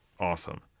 awesome